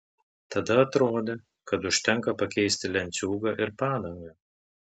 tada atrodė kad užtenka pakeisti lenciūgą ir padangą